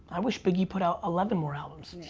i wish biggie put out eleven more albums.